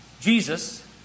Jesus